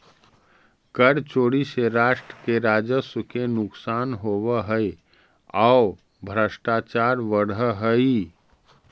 कर चोरी से राष्ट्र के राजस्व के नुकसान होवऽ हई औ भ्रष्टाचार बढ़ऽ हई